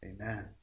amen